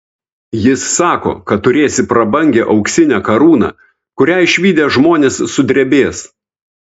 jis sako kad turėsi prabangią auksinę karūną kurią išvydę žmonės sudrebės